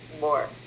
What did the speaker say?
more